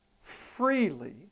freely